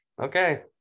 Okay